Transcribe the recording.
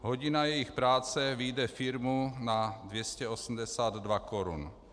Hodina jejich práce vyjde firmu na 282 korun.